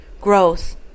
growth